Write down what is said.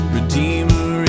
Redeemer